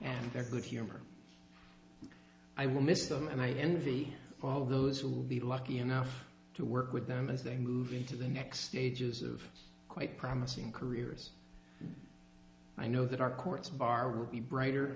their good humor i will miss them and i envy all of those who will be lucky enough to work with them as they move into the next stages of quite promising careers i know that our courts bar will be brighter